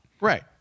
Right